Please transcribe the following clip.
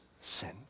sin